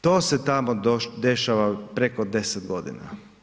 To se tamo dešava preko 10 godina.